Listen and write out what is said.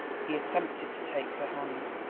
he attempted to take her hand.